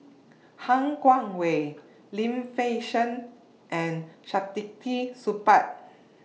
Han Guangwei Lim Fei Shen and Saktiandi Supaat